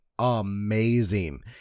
amazing